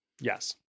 Yes